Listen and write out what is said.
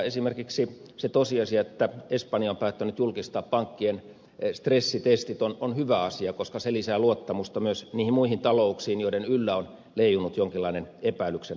esimerkiksi se tosiasia että espanja on päättänyt julkistaa pankkien stressitestit on hyvä asia koska se lisää luottamusta myös niihin muihin talouksiin joiden yllä on leijunut jonkinlainen epäilyksen varjo